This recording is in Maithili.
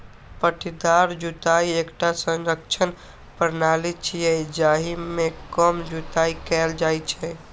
पट्टीदार जुताइ एकटा संरक्षण प्रणाली छियै, जाहि मे कम जुताइ कैल जाइ छै